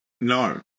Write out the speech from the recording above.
No